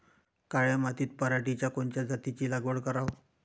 काळ्या मातीत पराटीच्या कोनच्या जातीची लागवड कराव?